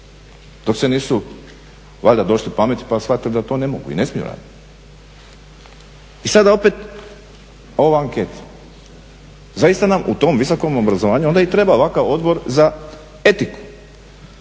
dok se nisu valjda došli pameti pa shvatili da to ne mogu i ne smiju raditi. I sada opet ova anketa. Zaista nam u tom visokom obrazovanju onda i treba ovakav Odbor za etiku.